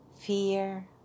fear